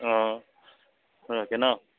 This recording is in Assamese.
অঁ একে নহ্